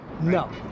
No